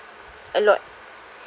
a lot